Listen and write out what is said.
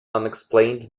unexplained